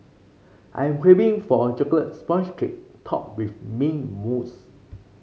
I'm craving for a chocolate sponge cake topped with mint mousse